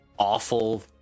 Awful